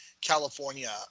California